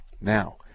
Now